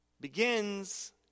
begins